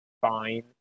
fine